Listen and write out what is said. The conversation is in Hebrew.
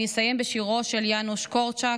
אני אסיים בשירו של יאנוש קורצ'אק: